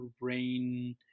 rain